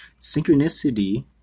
synchronicity